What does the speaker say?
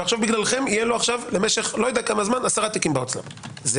ועכשיו בגללכם יהיו לו עכשיו 10 תיקים בהוצאה לפועל.